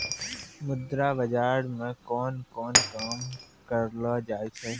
मुद्रा बाजार मे कोन कोन काम करलो जाय छै